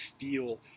feel